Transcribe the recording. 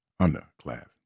underclass